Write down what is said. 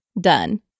done